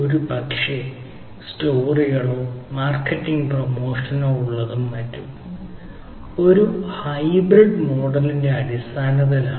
ഒരുപക്ഷേ വാർത്താ സ്റ്റോറികളോ മാർക്കറ്റിംഗ് പ്രമോഷനോ അടിസ്ഥാനത്തിലാണ്